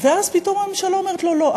ואז פתאום הממשלה אומרת: לא,